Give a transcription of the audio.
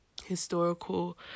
historical